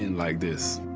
and like this.